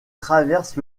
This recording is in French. traverse